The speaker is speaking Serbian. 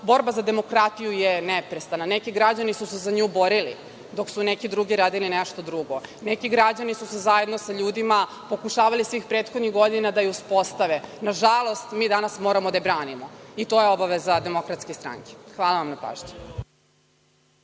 Borba za demokratiju je neprestana. Neki građani su se za nju borili dok su neki drugi radili nešto drugo. Neki građani su zajedno sa ljudima pokušavali svih prethodnih godina da je uspostave. Nažalost, mi danas moramo da je branimo i to je obaveza DS. Hvala vam na pažnji.